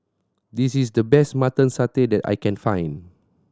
this is the best Mutton Satay that I can find